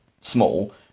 small